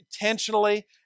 intentionally